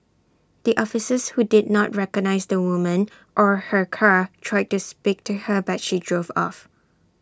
the officers who did not recognise the woman or her car tried to speak to her but she drove off